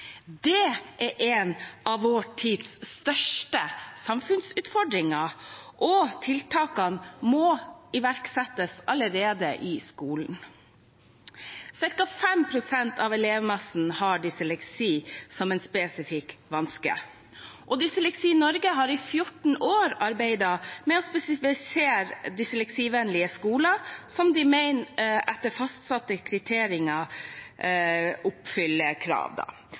Det er en av vår tids største samfunnsutfordringer, og tiltakene må iverksettes allerede i skolen. Cirka 5 pst. av elevmassen har dysleksi, som er en spesifikk vanske. Dysleksi Norge har i 14 år arbeidet med å sertifisere dysleksivennlige skoler som de etter fastsatte kriterier mener oppfyller